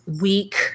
week